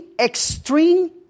extreme